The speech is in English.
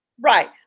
Right